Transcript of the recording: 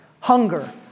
hunger